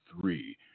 three